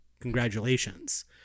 congratulations